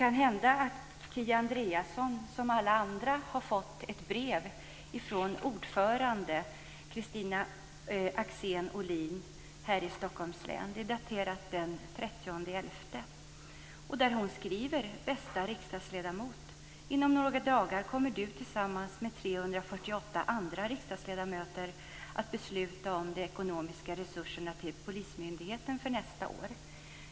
Kanhända har Kia Andreasson som alla andra fått ett brev från Kristina Axén Olin, ordförande i polisstyrelsen här i Stockholms län. Det är daterat den 30 november. Hon skriver så här: "Bästa riksdagsledamot. Inom några dagar kommer du tillsammans med 348 andra riksdagsledamöter att besluta om de ekonomiska resurserna till polismyndigheten för nästa år."